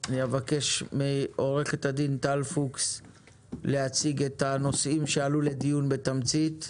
אני אבקש מעוה"ד טל פוקס להציג את הנושאים שעלו לדיון בתמצית,